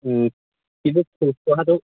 কিন্তু খোজকঢ়াটো